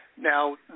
Now